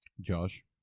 Josh